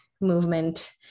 movement